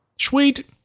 Sweet